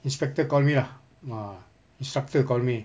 inspector call me lah ah instructor call me